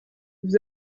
vous